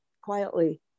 quietly